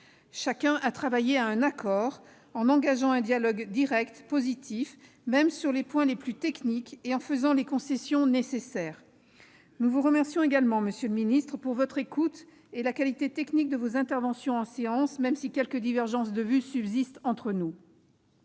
Chacun a travaillé à un accord en engageant un dialogue direct et positif, même sur les points les plus techniques et en faisant les concessions nécessaires. Nous vous remercions également, monsieur le secrétaire d'État, de votre écoute et la qualité technique de vos interventions en séance publique, même si quelques divergences de vues subsistent entre nous.